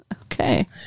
Okay